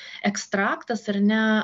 ekstraktas ar ne